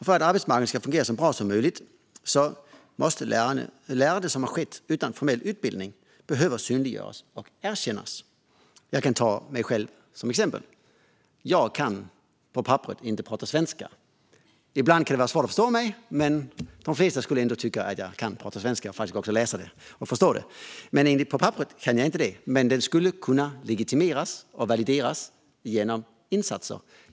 För att arbetsmarknaden ska fungera så bra som möjligt måste lärande som har skett utan formell utbildning synliggöras och erkännas. Jag kan ta mig själv som exempel. Jag kan, på papperet, inte tala svenska. Ibland kan det vara svårt att förstå mig, men de flesta skulle ändå tycka att jag kan tala svenska och också läsa och förstå det. Men på papperet kan jag det alltså inte. Det skulle dock kunna legitimeras och valideras genom insatser.